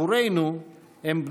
218 ו-220.